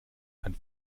ein